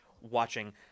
watching